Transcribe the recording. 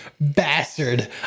bastard